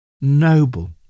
noble